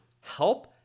help